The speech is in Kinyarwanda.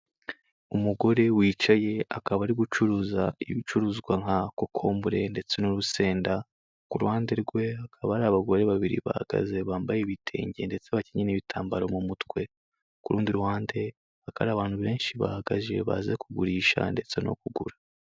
Umugore wicaye akaba ari gucuruza ibicuruzwa nka kokombure ndetse n'urusenda, ku ruhande rwe hakaba hari abagore babiri bahagaze bambaye ibitenge ndetse bakinyeye n'ibitambaro mu mutwe, ku rundi ruhande hakaba hari abantu benshi bahagaje baje kugurisha ndetse no kugura.